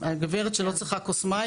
הגברת שלא צריכה כוס מים,